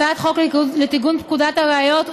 הצעת חוק לתיקון פקודת הראיות,